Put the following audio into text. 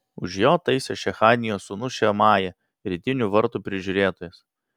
už jo taisė šechanijos sūnus šemaja rytinių vartų prižiūrėtojas